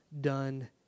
done